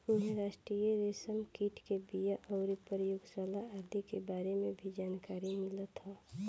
इहां राष्ट्रीय रेशम कीट के बिया अउरी प्रयोगशाला आदि के बारे में भी जानकारी मिलत ह